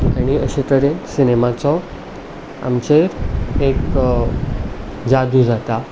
आनी अशे तरेन सिनेमाचो आमचेर एक जादू जाता